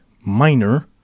minor